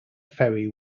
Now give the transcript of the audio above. ferry